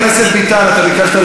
אדוני המלומד, כבוד